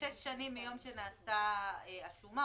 שש שנים מיום שנעשתה השומה,